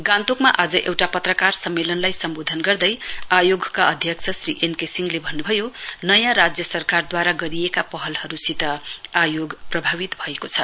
गान्तोकमा आज एउटा पत्रकार सम्मेलनलाई सम्बोधन गर्दै आयोगका अध्यक्ष श्री एनके सिंहले भन्नुभयो नयाँ राज्य सरकारद्वारा गरिएका पहलहरूसित आयोग प्रभावित भएको छ